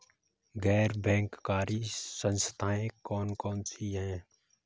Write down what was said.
गैर बैंककारी संस्थाएँ कौन कौन सी हैं?